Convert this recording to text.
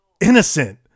innocent